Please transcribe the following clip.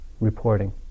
reporting